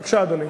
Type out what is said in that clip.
בבקשה, אדוני.